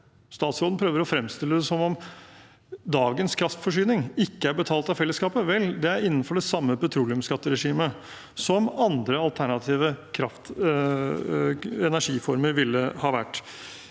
Statsråden prøver å framstille det som om dagens kraftforsyning ikke er betalt av fellesskapet. Vel, det er innenfor det samme petroleumsskatteregimet som andre alternative energiformer ville ha vært.